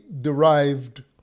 derived